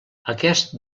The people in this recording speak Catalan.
aquest